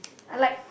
I like